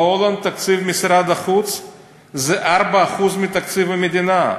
בהולנד תקציב משרד החוץ זה 4% מתקציב המדינה,